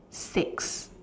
six